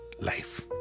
life